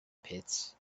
pits